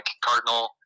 Cardinal